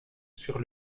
sur